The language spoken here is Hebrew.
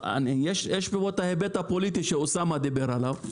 יש פה את ההיבט הפוליטי שאוסאמה דיבר עליו,